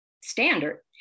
standard